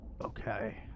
Okay